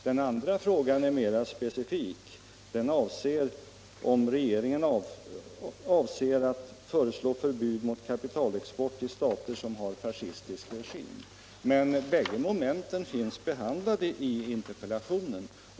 Den andra frågan är mera specifik och gäller om regeringen avser att föreslå förbud mot kapitalexport till stater som har fascistisk regim. Bägge momenten finns behandlade i interpellationen.